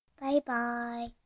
Bye-bye